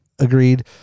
Agreed